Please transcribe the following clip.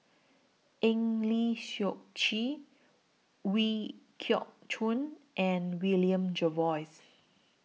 Eng Lee Seok Chee Ooi Kok Chuen and William Jervois